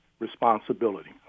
Responsibility